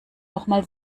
nochmal